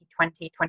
2020